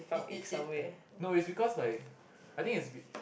eat eat eat no it's because like I think is be